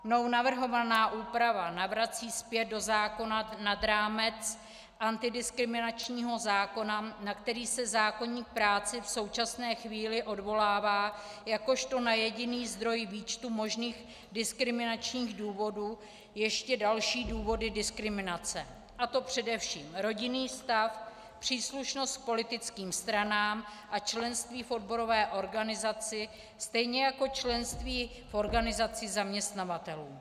Mnou navrhovaná úprava navrací zpět do zákona nad rámec antidiskriminačního zákona, na který se zákoník práce v současné chvíli odvolává jakožto na jediný zdroj výčtu možných diskriminačních důvodů, ještě další důvody diskriminace, a to především rodinný stav, příslušnost k politickým stranám a členství v odborové organizaci, stejně jako členství v organizaci zaměstnavatelů.